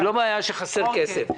זאת לא בעיה שחסר כסף.